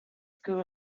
school